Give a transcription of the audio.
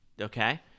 okay